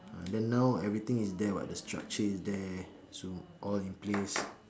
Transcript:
ah then now everything is there [what] the structure is there so all in place